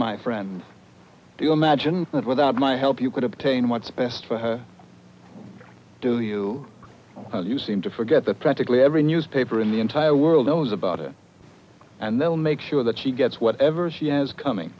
my friend do you imagine that without my help you could obtain what's best for her to you and you seem to forget that practically every newspaper in the entire world knows about it and they will make sure that she gets whatever she has coming